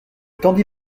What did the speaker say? tendit